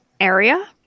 area